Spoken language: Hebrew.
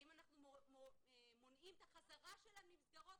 האם אנחנו מונעים את החזרה שלהם למסגרות.